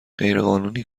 غیرقانونی